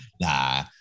Nah